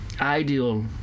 ideal